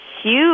huge